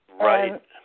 Right